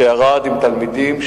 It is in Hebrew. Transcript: שירד עם תלמידים,